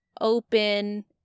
open